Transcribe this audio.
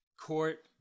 Court